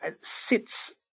sits